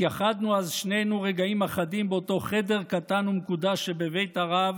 התייחדנו אז שנינו רגעים אחדים באותו חדר קטן ומקודש שבבית הרב